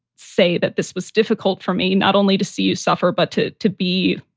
say that this was difficult for me not only to see you suffer, but to to be,